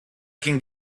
can